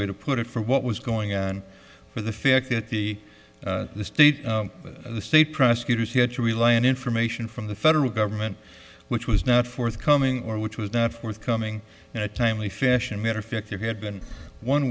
way to put it for what was going on for the fact that the state of the state prosecutors had to rely on information from the federal government which was not forthcoming or which was not forthcoming in a timely fashion matter of fact there had been one